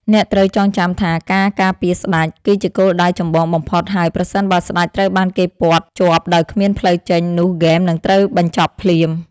អ្នកត្រូវចងចាំថាការការពារស្តេច គឺជាគោលដៅចម្បងបំផុតហើយប្រសិនបើស្តេចត្រូវបានគេព័ទ្ធជាប់ដោយគ្មានផ្លូវចេញនោះហ្គេមនឹងត្រូវបញ្ចប់ភ្លាម។